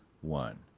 one